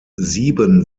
sieben